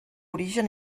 origen